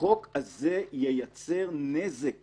החוק הזה ייצר נזק